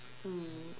mm